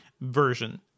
version